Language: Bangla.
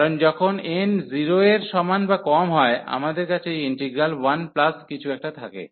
কারণ যখন n 0 এর সমান বা কম হয় আমাদের কাছে এই ইন্টিগ্রাল 1 প্লাস কিছু একটা থাকে